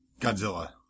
godzilla